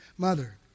mother